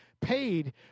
paid